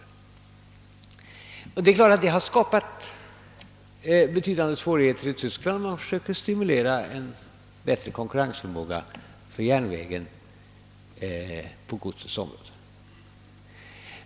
Det är klart att det har skapat betydande svårigheter i Tyskland, och man försöker där stimulera järnvägen till bättre konkurrensförmåga på godstrafikens område.